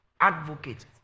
advocate